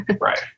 Right